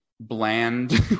bland